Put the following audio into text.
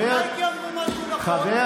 מספיק.